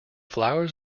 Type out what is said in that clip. flowers